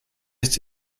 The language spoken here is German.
ist